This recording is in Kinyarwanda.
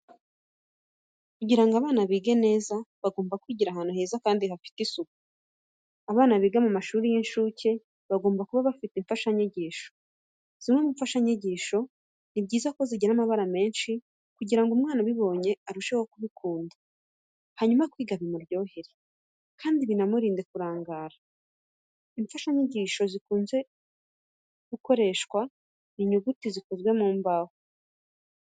Kugira ngo abana bige neza bagomba kwigira ahantu heza kandi hafite isuku. Abana biga mu mashuri y'incuke bagomba kuba bafite imfashanyigisho. Zimwe mu mfashanyigisho, ni byiza ko zigira amabara menshi kugira ngo umwana ubibonye arusheho kubikunda hanyuma kwiga bimuryohere, kandi binamurinde kurangara. Imfashanyigisho zikunze gukoresha ni inyuguti zikozwe mu mbaho.